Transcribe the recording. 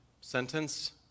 sentence